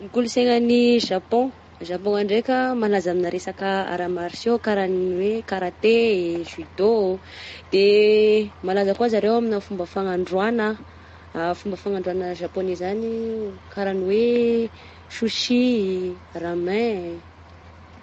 Ny kolonsaina any Japon, Japon ndraika malaza amina resaka arts martiaux karaha ny hoe karate, judo, de malaza koa zareo amina fomba fanandroàgna, fomba fanandroàgna japoney zany karaha ny hoe susi, ramen.